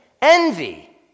Envy